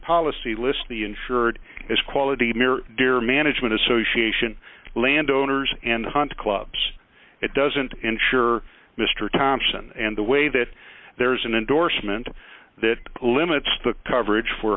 policy lists the insured as quality near their management association landowners and hunt clubs it doesn't insure mr thompson and the way that there's an endorsement that limits the coverage for